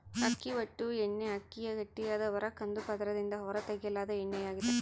ಅಕ್ಕಿ ಹೊಟ್ಟು ಎಣ್ಣೆಅಕ್ಕಿಯ ಗಟ್ಟಿಯಾದ ಹೊರ ಕಂದು ಪದರದಿಂದ ಹೊರತೆಗೆಯಲಾದ ಎಣ್ಣೆಯಾಗಿದೆ